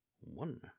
one